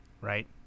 right